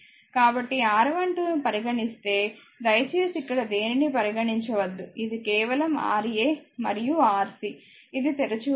కాబట్టి R12 ను పరిగణిస్తే దయచేసి ఇక్కడ దేనినీ పరిగణించవద్దు ఇది కేవలం Ra మరియు Rc ఇది తెరిచి ఉంది